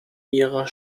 ihrer